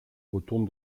retourne